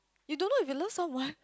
you don't know if you love someone